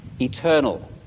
eternal